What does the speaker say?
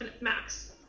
max